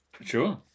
Sure